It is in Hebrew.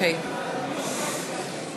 (קוראת בשמות חברי הכנסת)